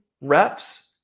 reps